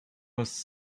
was